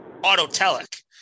autotelic